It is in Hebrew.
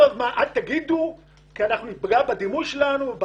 כל הזמן אומרים אל תגידו כי אנחנו נפגע בדימוי ובהרתעה.